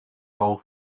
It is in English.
all